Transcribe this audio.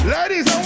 Ladies